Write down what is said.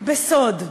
בסוד.